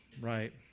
right